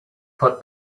put